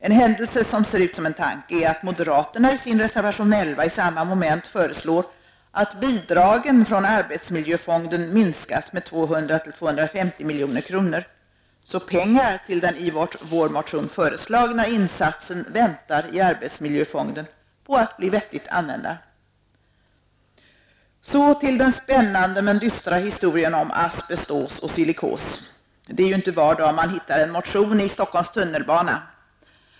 En händelse som ser ut som en tanke är att moderaterna i sin reservation 11 i samma moment föreslår att bidragen från arbetsmiljöfonden minskas med 200-- 250 milj.kr. -- så pengar till den i vår motion föreslagna insatsen väntar i arbetsmiljöfonden på att bli vettigt använda. Så till den spännande men dystra historien om asbestos och silikos. Det är ju inte var dag man hittar en motion i Stockholms tunnelbana.